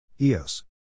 EOS